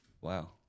Wow